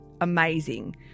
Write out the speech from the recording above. amazing